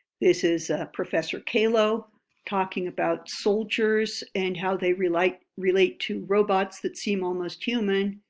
this is professor calo talking about soldiers, and how they relate relate to robots that seem almost human.